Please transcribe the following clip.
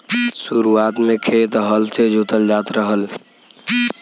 शुरुआत में खेत हल से जोतल जात रहल